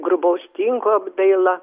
grubaus tinko apdaila